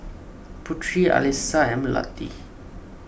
Putri Alyssa and Melati